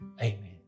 Amen